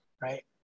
right